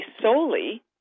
solely